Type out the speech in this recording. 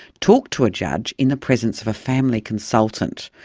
talk to a judge in the presence of a family consultant,